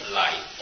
life